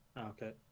Okay